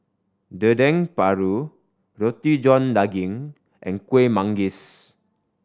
Dendeng Paru Roti John Daging and Kuih Manggis